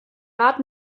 rat